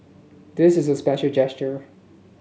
this is a special gesture